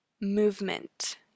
Movement